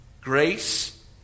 Grace